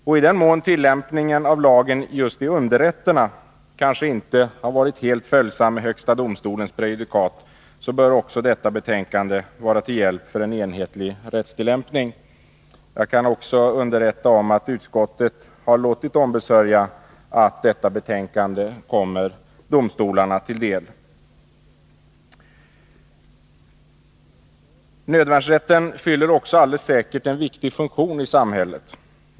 Också i den mån tillämpningen av lagen i underrätterna kanske inte har varit helt följsam mot högsta domstolens prejudikat bör detta betänkande vara till hjälp för en enhetlig rättstillämpning. Jag kan också omtala att utskottet har låtit ombesörja att detta betänkande skall komma domstolarna till del. Nödvärnsrätten fyller alldeles säkert en viktig funktion i samhället.